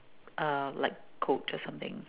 uh like coat or something